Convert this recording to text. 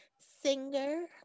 singer